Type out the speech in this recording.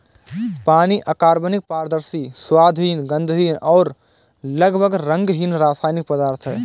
पानी अकार्बनिक, पारदर्शी, स्वादहीन, गंधहीन और लगभग रंगहीन रासायनिक पदार्थ है